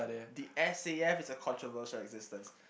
the S_A_F is a controversial existence